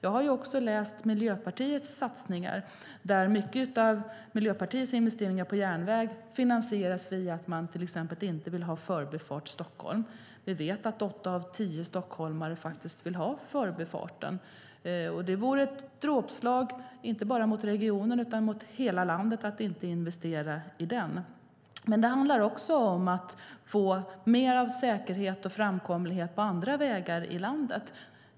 Jag har läst om Miljöpartiets satsningar där många av Miljöpartiets investeringar på järnväg finansieras via att man inte vill ha Förbifart Stockholm. Vi vet att åtta av tio stockholmare vill ha förbifarten. Det vore ett dråpslag inte bara mot regionen utan mot hela landet att inte investera i den. Det handlar också om att få bättre säkerhet och framkomlighet på andra vägar i landet.